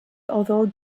although